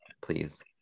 please